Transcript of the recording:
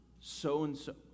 so-and-so